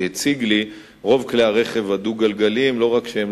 הציג לי עולה כי רוב כלי הרכב הדו-גלגליים,